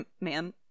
man